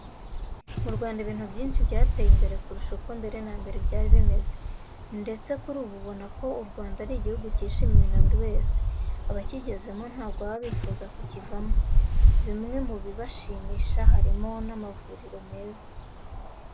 Mu Rwanda ibintu byinshi byateye imbere kurusha uko mbere na mbere byari bimeze, ndetse kuri ubu urabibona ko u Rwanda ari igihugu cyishimiwe na buri wese. Abakigezemo ntabwo baba bifuza kukivamo. Bimwe mu bibashimisha harimo n'amavuriro meza.